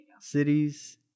Cities